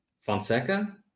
Fonseca